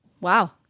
Wow